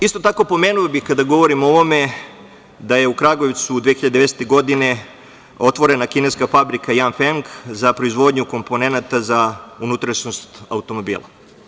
Isto tako, pomenuo bih, kada govorim o ovome, da je u Kragujevcu 2019. godine otvorena kineska fabrika „Jang Feng“ za proizvodnju komponenata za unutrašnjost automobila.